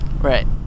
Right